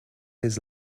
his